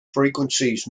frequencies